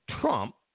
Trump